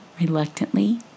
reluctantly